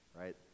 Right